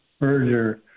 merger